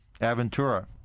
Aventura